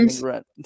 rent